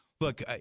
look